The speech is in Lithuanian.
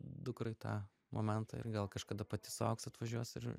dukrai tą momentą ir gal kažkada pati suaugs atvažiuos ir